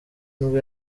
nibwo